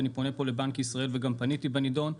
ואני פונה פה לבנק ישראל וגם פניתי בנדון,